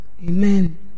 Amen